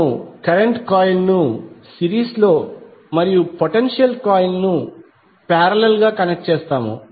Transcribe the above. మనము కరెంట్ కాయిల్ను సిరీస్లో మరియు పొటెన్షియల్ కాయిల్ను పారేలల్ గా కనెక్ట్ చేస్తాము